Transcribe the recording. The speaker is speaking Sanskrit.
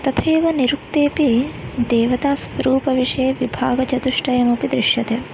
तथैव निरुक्तेऽपि देवतास्वरूपविषये विभागचतुष्टयम् अपि दृश्यते